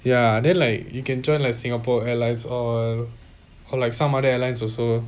ya then like you can join like singapore airlines or or like some other airlines also